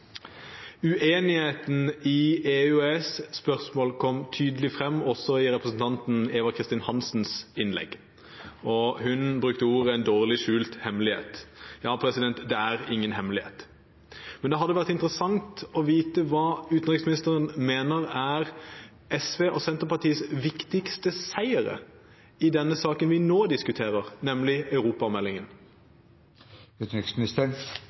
Uenigheten i EU- og EØS-spørsmål kom tydelig frem også i representanten Eva Kristin Hansens innlegg. Hun brukte ordene «Norges dårligst bevarte hemmelighet». Ja, det er ingen hemmelighet, men det hadde vært interessant å vite hva utenriksministeren mener er SVs og Senterpartiets viktigste seiere i denne saken vi nå diskuterer, nemlig